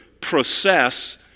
process